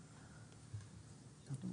מבחינתנו